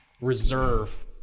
reserve